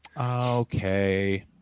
Okay